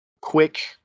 Quick